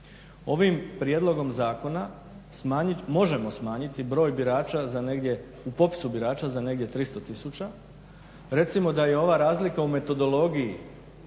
Ovim prijedlogom zakona možemo smanjiti broj u popisu birača za negdje 300 tisuća. Recimo da je ova razlika u metodologiji